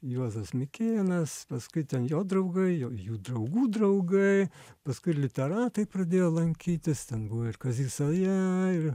juozas mikėnas paskui ten jo draugai jo jų draugų draugai paskui literatai pradėjo lankytis ten buvo ir kazys saja ir